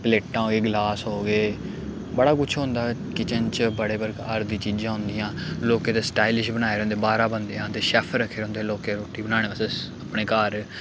प्लेटां हो गे गलास हो गे बड़ा कुछ होंदा किचन च बड़े प्रकार दी चीज़ां होंदियां लोकें ते स्टााईलिश बनाए दे होंदे बाह्रा बंदे ह ते शैफ रक्खे दे होंदे लोकें रुट्टी बनाने आस्तै अपने घर